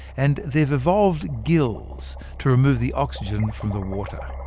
and they've evolved gills to remove the oxygen from the water.